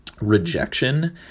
rejection